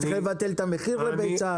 אתה צריך לבטל את המחיר לביצה.